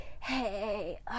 hey